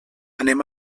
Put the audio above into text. anem